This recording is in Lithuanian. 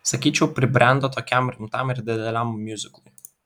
sakyčiau pribrendo tokiam rimtam ir dideliam miuziklui